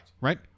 Right